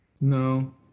no